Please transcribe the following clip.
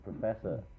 professor